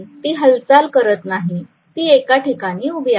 ती हालचाल करत नाही ती एका ठिकाणी उभी आहे